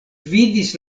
gvidis